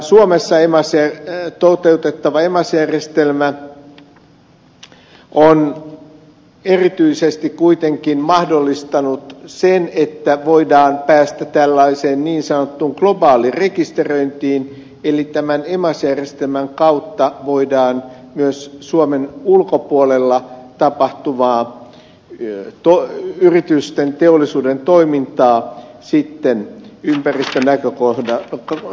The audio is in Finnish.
suomessa toteutettava emas järjestelmä on erityisesti kuitenkin mahdollistanut sen että voidaan päästä niin sanottuun globaalirekisteröintiin eli emas järjestelmän kautta voidaan myös suomen ulkopuolella tapahtuvaa yritysten teollisuuden toiminta sitten ympäristönäkökohdat tutun